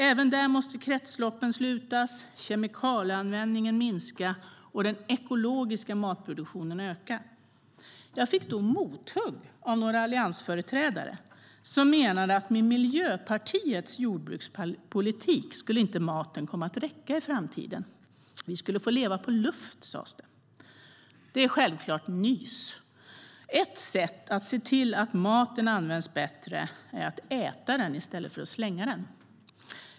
Även där måste kretsloppen slutas, kemikalieanvändningen minska och den ekologiska matproduktionen öka. Jag fick då mothugg av några alliansföreträdare som menade att med Miljöpartiets jordbrukspolitik skulle maten inte komma att räcka i framtiden. Vi skulle få leva på luft, sas det. Det är självklart nys. Ett sätt att se till att maten används bättre är att äta den i stället för att slänga den.